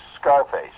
Scarface